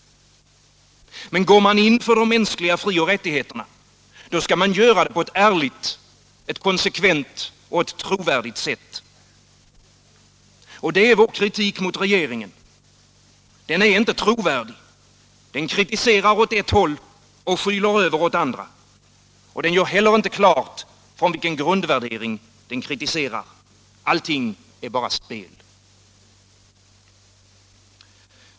Men går man in för de mänskliga frioch rättigheterna skall man göra det på ett ärligt, konsekvent och trovärdigt sätt. Det är vår kritik mot regeringen. Den är inte trovärdig. Den kritiserar åt ett håll och skyler över åt andra. Den gör heller inte klart från vilken grundvärdering den kritiserar. Allting är bara spel.